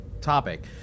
topic